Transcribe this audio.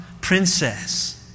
princess